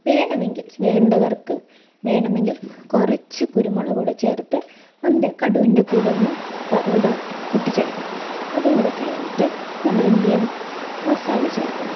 വേണമെങ്കിൽ വേണ്ടവർക്ക് വേണമെങ്കിൽ കുറച്ച് കുരുമുളക് കൂടെ ചേർത്ത് അതിൻ്റെ കടുകിൻ്റെ കൂടെ ഒന്ന് ഇതാക്കി പൊട്ടിച്ചെടുക്കാം അതും കൂടെ കഴിഞ്ഞിട്ട് നമ്മൾ എന്ത് ചെയ്യണം മസാല ചേർക്കണം